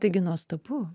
taigi nuostabu